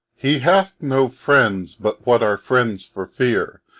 he hath no friends but what are friends for fear,